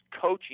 coaching